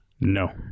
No